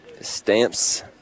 Stamps